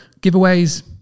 giveaways